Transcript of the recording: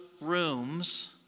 rooms